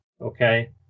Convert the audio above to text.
okay